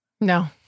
No